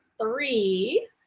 three